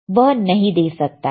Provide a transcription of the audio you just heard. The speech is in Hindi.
वह नहीं दे सकता है